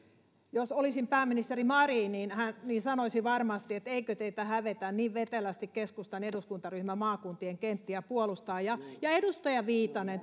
jos olisin pääministeri marin niin sanoisin varmasti että eikö teitä hävetä niin vetelästi keskustan eduskuntaryhmä maakuntien kenttiä puolustaa ja ja edustaja viitanen